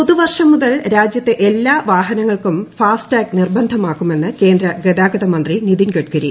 പുതുവർഷം മുതൽ രാജ്യത്തെ എല്ലാ വാഹനങ്ങൾക്കും ഫാസ്റ്റടാഗ് നിർബന്ധമാണെന്ന് കേന്ദ്ര കൃതിഗത് മന്ത്രി നിതിൻ ഗഡ്കരി